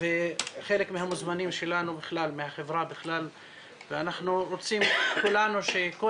וחלק מהמוזמנים שלנו מהחברה בכלל ואנחנו רוצים כולנו שכל